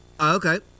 Okay